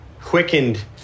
quickened